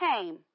came